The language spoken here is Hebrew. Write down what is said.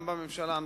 גם בממשלה הנוכחית,